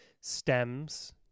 Stems